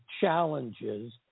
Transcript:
challenges